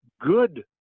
good